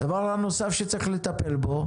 דבר נוסף שצריך לטפל בו